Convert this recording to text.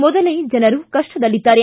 ಮೊದಲೇ ಜನರು ಕಷ್ಟದಲ್ಲಿದ್ದಾರೆ